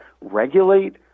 regulate